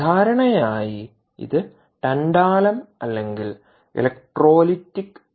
സാധാരണയായി ഇത് ടൻടാലം അല്ലെങ്കിൽ ഇലക്ട്രോലൈറ്റിക് ആണ്